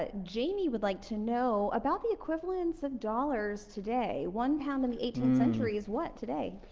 ah jamie would like to know about the equivalence of dollars today, one pound in the century is what today?